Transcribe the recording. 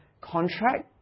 contract